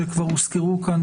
שכבר הוזכרו כאן,